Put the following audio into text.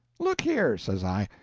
look here, says i,